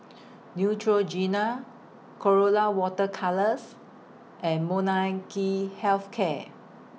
Neutrogena Colora Water Colours and Molnylcke Health Care